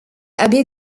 abbé